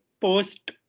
post